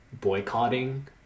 boycotting